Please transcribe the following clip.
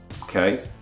okay